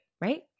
right